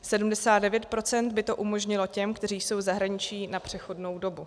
79 % by to umožnilo těm, kteří jsou v zahraničí na přechodnou dobu.